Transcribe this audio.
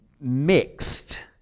mixed